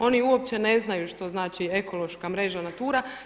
Oni uopće ne znaju što znači ekološka mreža NATURA.